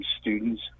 students